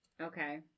Okay